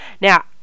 Now